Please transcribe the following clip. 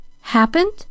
happened